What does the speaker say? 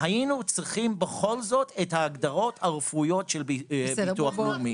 היינו צריכים בכל זאת את ההגדרות הרפואיות של הביטוח הלאומי.